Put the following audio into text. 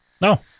no